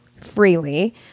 freely